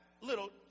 little